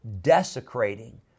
desecrating